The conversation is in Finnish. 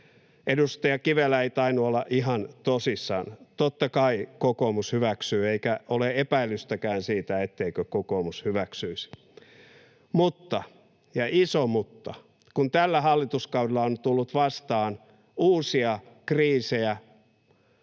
Edustaja Kivelä ei tainnut olla ihan tosissaan. Totta kai kokoomus hyväksyy, eikä ole epäilystäkään siitä, etteikö kokoomus hyväksyisi. Mutta — ja iso mutta — kun tällä hallituskaudella on tullut vastaan uusia kriisejä,